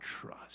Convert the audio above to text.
trust